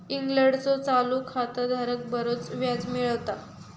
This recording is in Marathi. इंग्लंडचो चालू खाता धारक बरोच व्याज मिळवता